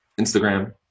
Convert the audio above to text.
Instagram